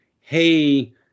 hey